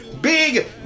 big